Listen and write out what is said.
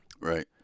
Right